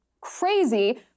crazy